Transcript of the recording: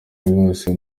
rwose